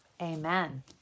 amen